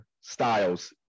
styles